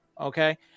Okay